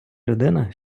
людина